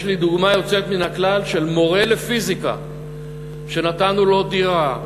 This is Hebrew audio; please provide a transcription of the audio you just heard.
יש לי דוגמה יוצאת מן הכלל של מורה לפיזיקה שנתנו לו דירה,